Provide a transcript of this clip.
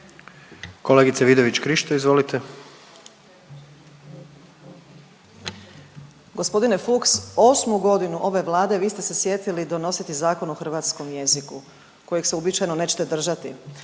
izvolite. **Vidović Krišto, Karolina (OIP)** Gospodine Fuchs osmu godinu ove Vlade vi ste se sjetili donositi Zakon o hrvatskom jeziku kojeg se uobičajeno nećete držati.